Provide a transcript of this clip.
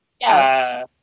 Yes